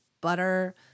butter